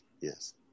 Yes